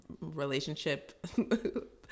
relationship